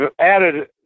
added